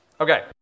Okay